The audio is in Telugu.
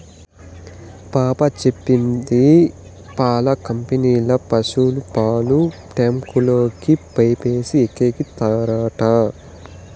పాప చెప్పింది పాల కంపెనీల పశుల పాలు ట్యాంకుల్లోకి పైపేసి ఎక్కిత్తారట